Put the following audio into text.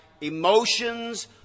emotions